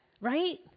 right